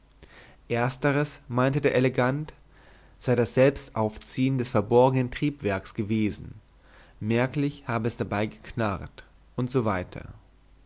ersteres meinte der elegant sei das selbstaufziehen des verborgenen triebwerks gewesen merklich habe es dabei geknarrt usw